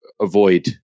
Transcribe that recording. avoid